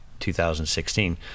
2016